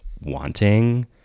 wanting